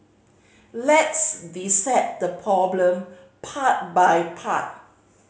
let's dissect the problem part by part